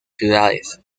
ciudades